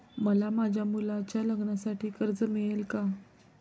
मला माझ्या मुलाच्या लग्नासाठी कर्ज मिळेल का?